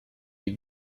des